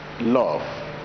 love